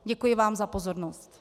Děkuji vám za pozornost.